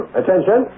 attention